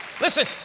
Listen